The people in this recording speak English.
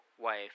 wife